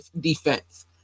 defense